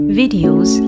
videos